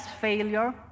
failure